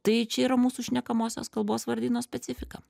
tai čia yra mūsų šnekamosios kalbos vardyno specifika